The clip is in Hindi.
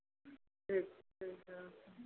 ठीक ठीक है